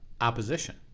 opposition